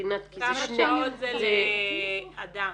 כמה שעות זה לאדם?